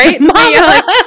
Mama